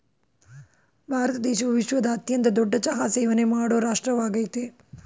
ಭಾರತ ದೇಶವು ವಿಶ್ವದ ಅತ್ಯಂತ ದೊಡ್ಡ ಚಹಾ ಸೇವನೆ ಮಾಡೋ ರಾಷ್ಟ್ರವಾಗಯ್ತೆ